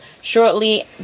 shortly